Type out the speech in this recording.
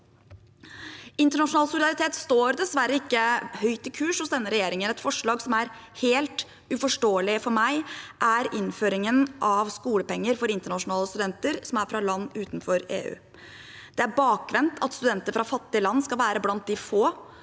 Internasjonal solidaritet står dessverre ikke høyt i kurs hos denne regjeringen. Et forslag som er helt uforståelig for meg, er innføringen av skolepenger for internasjonale studenter som er fra land utenfor EU. Det er bakvendt at studenter fra fattige land skal være blant de få